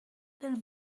dann